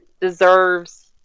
deserves